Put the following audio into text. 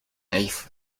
eighth